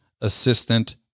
assistant